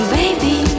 baby